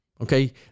Okay